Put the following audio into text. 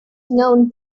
known